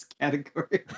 category